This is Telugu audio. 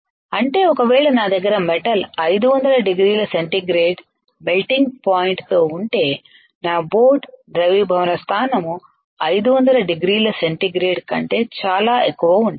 అంటే ఒకవేళ నా దగ్గర మెటల్ 500 డిగ్రీల సెంటీగ్రేడ్ మెల్టింగ్ పాయింట్ తో ఉంటే నా బోట్ ద్రవీభవన స్థానం 500 డిగ్రీల సెంటీగ్రేడ్ కంటే చాలా ఎక్కువ ఉండాలి